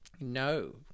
No